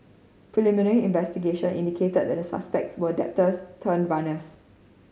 preliminary investigation indicated that the suspects were debtors turned runners